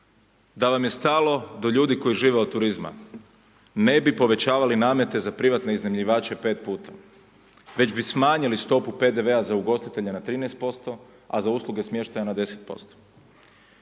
Da vam je stalo do ljudi koji žive od turizma ne bi povećavali namete za privatne iznajmljivače 5 puta, već bi smanjili stopu PDV-a za ugostitelje na 13%, a za usluge smještaja na 10%.